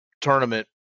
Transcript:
tournament